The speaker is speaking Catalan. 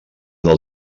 del